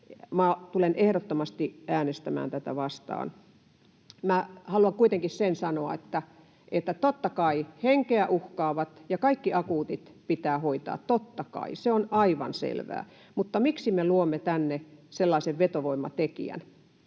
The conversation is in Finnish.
tulen ehdottomasti äänestämään tätä vastaan. Minä haluan kuitenkin sen sanoa, että totta kai henkeä uhkaavat ja kaikki akuutit sairaudet pitää hoitaa, totta kai, se on aivan selvää. Mutta miksi me luomme tänne sellaisen vetovoimatekijän,